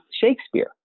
Shakespeare